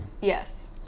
Yes